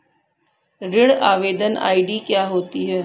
ऋण आवेदन आई.डी क्या होती है?